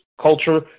culture